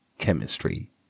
Chemistry